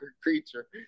creature